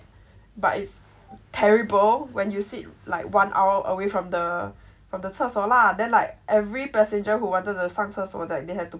but it's terrible when you sit like one hour away from the from the 厕所 lah then like every passenger who wanted to 上厕所 that they had to